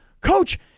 Coach